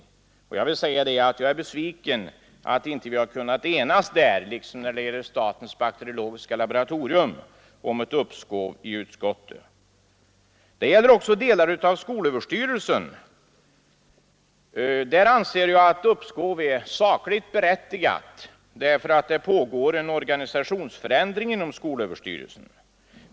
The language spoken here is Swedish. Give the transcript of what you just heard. Jag är besviken över att vi inte har kunnat enas om det i utskottet liksom vi har kunnat enas om ett uppskov med utlokaliseringen av statens bakteriologiska laboratorium. Samma sak gäller också delar av skolöverstyrelsen. Där anser jag att ett uppskov är sakligt berättigat därför att det pågår en organisationsförändring inom skolöverstyrelsen.